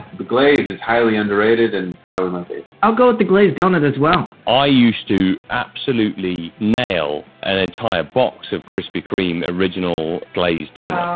the glaze is highly underrated and probably my favorite. i'll go with the glazed donut as well. i used to absolutely nail an entire box of krispy kreme original glazed donuts,